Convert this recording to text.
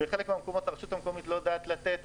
בחלק מהמקומות הרשות המקומית לא יודעת לתת,